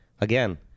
again